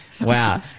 wow